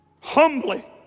Humbly